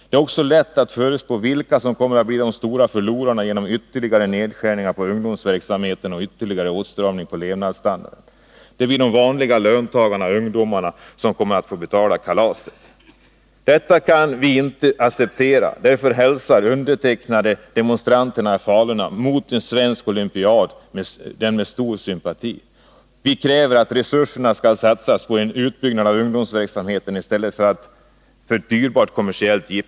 Det är också lätt att förutspå vilka som kommer att bli de stora förlorarna genom ytterligare nedskärningar på ungdomsverksamheten och ytterligare åtstramning på vår levnadsstandard. Det blir vi vanliga löntagare och ungdomar som kommer att få betala kalaset. Detta kan vi inte acceptera. Därför hälsar undertecknade er demonstranter i Falun mot en svensk olympiad med stor sympati. Vi kräver att resurserna skall satsas på en utbyggnad av ungdomsverksamheten i stället för ett dyrbart kommersiellt jippo.